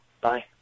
bye